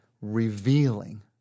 revealing